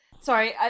Sorry